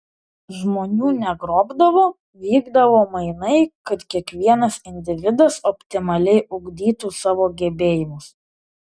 žmonių negrobdavo vykdavo mainai kad kiekvienas individas optimaliai ugdytų savo gebėjimus